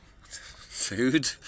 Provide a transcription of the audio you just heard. food